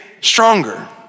stronger